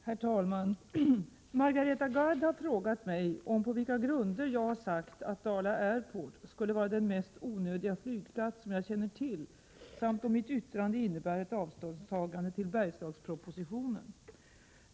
Om Dala Airport Herr talman! Margareta Gard har frågat mig på vilka grunder jag har sagt att Dala Airport skulle vara den mest onödiga flygplats som jag känner till samt om mitt yttrande innebär ett avståndstagande till Bergslagspropositionen.